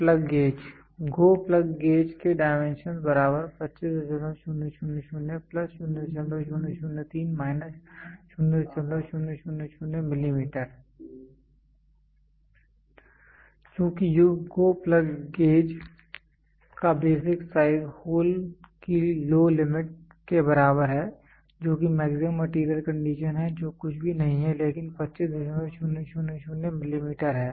plug gauge GO plug gauge के dimension चूंकि go plug gauge का बेसिक साइज होल की लो लिमिट के बराबर है जो कि मैक्सिमम मेटीरियल कंडीशन है जो कुछ भी नहीं है लेकिन 25000 मिलीमीटर है